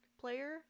player